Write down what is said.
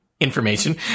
Information